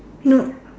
no